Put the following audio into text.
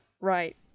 right